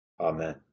amen